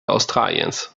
australiens